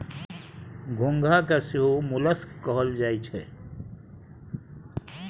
घोंघा के सेहो मोलस्क कहल जाई छै